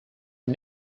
are